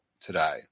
today